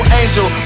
angel